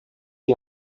iyi